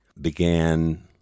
began